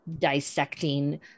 dissecting